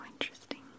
interesting